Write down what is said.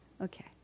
Okay